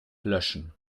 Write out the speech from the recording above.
löschen